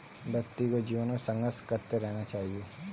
व्यक्ति को जीवन में संघर्ष करते रहना चाहिए